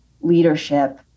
leadership